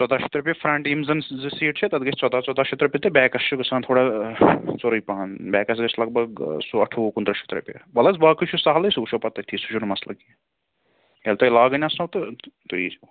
ژۄداہ شتھ رۄپیہِ فرٛنٹ یِم زَن زٕ سیٖٹہٕ چھےٚ تَتھ گَژھِ ژۄداہ ژۄداہ شتھ رۄپیہِ تہٕ بیکَس چھُ گَژھان تھوڑا ژوٚرُے پَہَن بیکَس گَژھِ لگ بگ سُہ اَٹھووُہ کُنترٕہ شتھ رۄپیہِ وَلہٕ حظ باقٕے چھُ سہلے سُہ وٕچھو پَتہٕ تٔتۍتھے سُہ چھُ نہٕ مَسلہٕ کینٛہہ ییٚلہِ تۄہہِ لاگٕنۍ آسنو تہٕ تُہۍ ییٖزیو